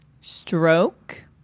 stroke